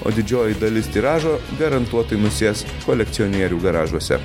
o didžioji dalis tiražo garantuotai nusės kolekcionierių garažuose